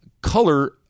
color